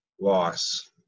loss